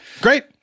Great